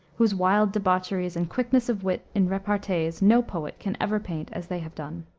whose wild debaucheries and quickness of wit in repartees no poet can ever paint as they have done.